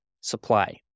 supply